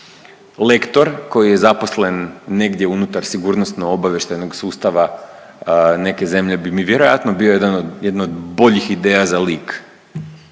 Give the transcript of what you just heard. lektor koji je zaposlen negdje unutar sigurnosno-obavještajnog sustava neke zemlje bi mi vjerojatno bio jedan od jedno od boljih ideja za lik,